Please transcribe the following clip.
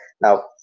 Now